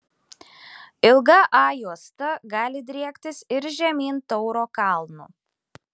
ilga a juosta gali driektis ir žemyn tauro kalnu